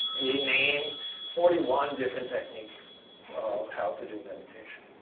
he names forty one different techniques of how to do meditation.